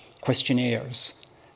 questionnaires